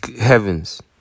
Heavens